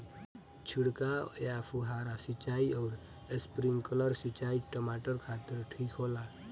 छिड़काव या फुहारा सिंचाई आउर स्प्रिंकलर सिंचाई टमाटर खातिर ठीक होला?